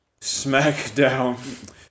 SmackDown